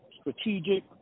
strategic